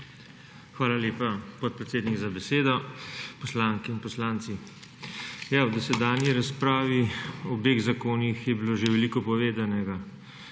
Hvala lepa, podpredsednik, za besedo. Poslanke in poslanci! V dosedanji razpravi o obeh zakonih je bilo že veliko povedanega,